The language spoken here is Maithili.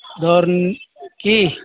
दौड़ की